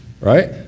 right